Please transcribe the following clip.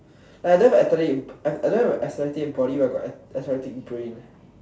I don't have athletic I don't have athletic body but I have athletic brain